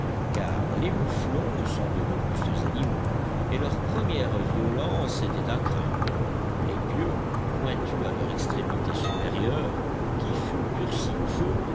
car les mouflons sont de robustes animaux et leurs premières violences étaient à craindre les pieux pointus à leur extrémité supérieure qui fut durcie au feu